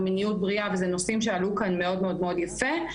מיניות בריאה ואלו נושאים שעלו פה מאוד מאוד יפה.